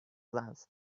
plants